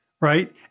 right